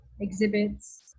exhibits